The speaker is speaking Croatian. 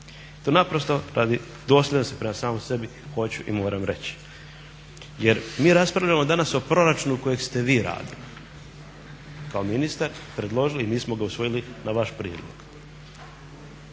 To naprosto radi dosljednosti prema samom sebi hoću i moram reći. Jer mi raspravljamo danas o proračunu kojeg ste vi radili kao ministar predložili i mi smo ga usvojili na vaš prijedlog.